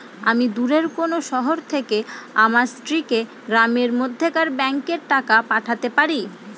আমি দূরের কোনো শহর থেকে আমার স্ত্রীকে গ্রামের মধ্যেকার ব্যাংকে টাকা পাঠাতে পারি?